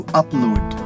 upload